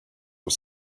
was